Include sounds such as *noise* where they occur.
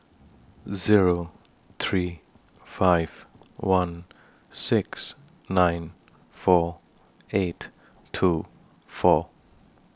*noise* Zero three five one six nine four eight two four